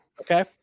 Okay